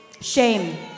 Shame